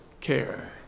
care